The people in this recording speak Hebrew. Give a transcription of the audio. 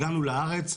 הגענו לארץ,